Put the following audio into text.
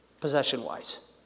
possession-wise